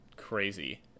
crazy